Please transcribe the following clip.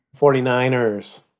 49ers